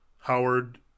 Howard